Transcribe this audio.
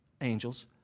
angels